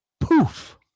poof